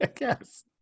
Yes